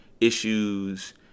issues